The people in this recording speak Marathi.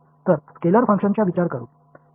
तर स्केलर फंक्शनचा विचार करू